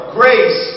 grace